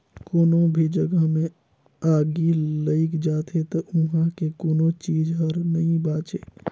कोनो भी जघा मे आगि लइग जाथे त उहां के कोनो चीच हर नइ बांचे